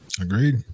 Agreed